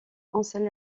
enseigne